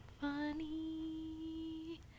funny